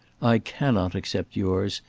i cannot accept yours,